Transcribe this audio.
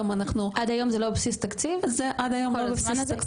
עד היום זה לא בבסיס התקציב, כל הזמן הזה?